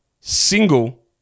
single